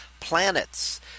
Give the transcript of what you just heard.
planets